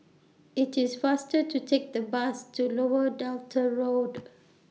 IT IS faster to Take The Bus to Lower Delta Road